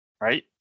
right